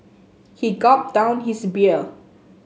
he gulped down his beer